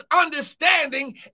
understanding